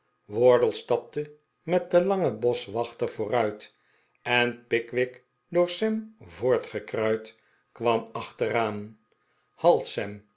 wardle stapte met den langen boschwachter vooruit en pickwick door sarri voortgekruid kwam achteraan hait